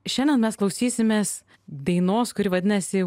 šiandien mes klausysimės dainos kuri vadinasi